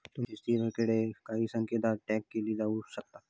तुमची स्थिती हकडे काही सेकंदात ट्रॅक केली जाऊ शकता